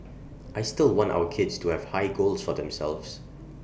I still want our kids to have high goals for themselves